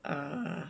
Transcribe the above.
uh